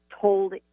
told